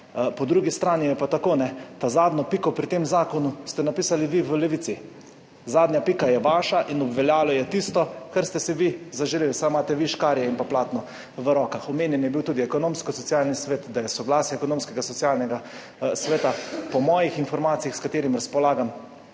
Po drugi strani je pa tako, ta zadnjo piko pri tem zakonu ste napisali vi v Levici. Zadnja pika je vaša in obveljalo je tisto, kar ste si vi zaželeli, saj imate vi škarje in platno v rokah. Omenjeno je bilo tudi soglasje Ekonomsko-socialnega sveta. Po mojih informacijah, s katerim razpolagam,